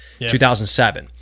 2007